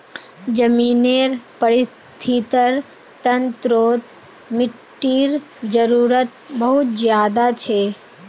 ज़मीनेर परिस्थ्तिर तंत्रोत मिटटीर जरूरत बहुत ज़्यादा छे